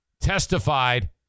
testified